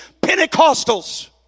Pentecostals